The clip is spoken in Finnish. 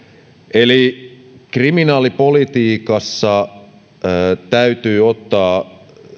eli kriminaalipolitiikassa täytyy ottaa